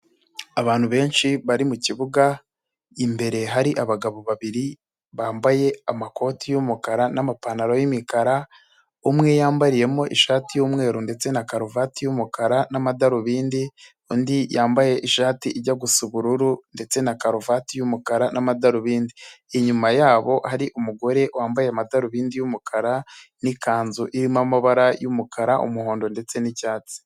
Abantu benshi bari mu kibuga imbere hari abagabo babiri bambaye amakoti y'umukara n'amapantaro y'imikara, umwe yambariyemo ishati y'umweru ndetse na karuvati y'umukara n'amadarubindi, undi yambaye ishati ijya gusa ubururu ndetse na karuvati y'umukara n'amadarubindi, inyuma yabo hari umugore wambaye amadarubindi y'umukara n'ikanzu irimo amabara y'umukara, umuhondo ndetse n'icyatsi.